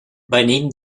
venim